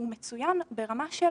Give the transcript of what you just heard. מצוין ברמה של